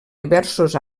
diversos